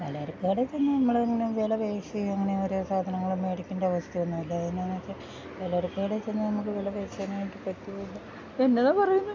പലചരക്ക് കടെ ചെന്ന് നമ്മൾ ഇങ്ങനെ വില പേശി അങ്ങനെ ഓരോ സാധനങ്ങൾ മേടിക്കണ്ടവസ്ഥയൊന്നു ഇല്ല എന്നാന്ന് വെച്ചാൽ പലചരക്ക് കടയിൽ ചെന്ന് നമുക്ക് വില പേശാനായിട്ട് പറ്റൂല എന്നതാ പറയുന്നത്